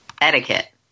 Etiquette